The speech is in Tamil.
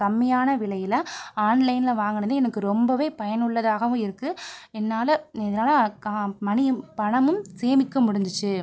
கம்மியான விலையில் ஆன்லைனில் வாங்கினது எனக்கு ரொம்பவே பயனுள்ளதாகவும் இருக்கு என்னால் என்னால் க மணியும் பணமும் சேமிக்க முடிஞ்சுச்சு